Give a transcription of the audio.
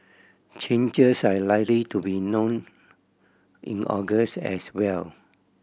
changes are likely to be known in August as well